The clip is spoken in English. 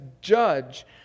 judge